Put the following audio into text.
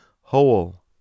whole